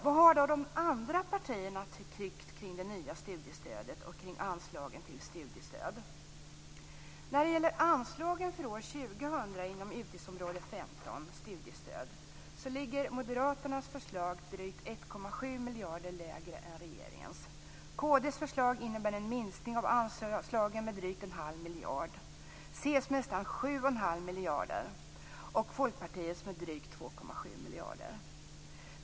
Vad har då de andra partierna tyckt om det nya studiestödet och om anslagen till studiestöd? När det gäller anslagen för år 2000 inom utgiftsområde 15, miljarder lägre än regeringens. Kd:s förslag innebär en minskning av anslagen med drygt en halv miljard, c:s med nästan 7 1⁄2 miljarder och Folkpartiets med drygt 2,7 miljarder.